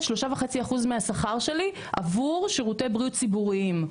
3.5% מהשכר שלי עבור שירותי בריאות ציבוריים.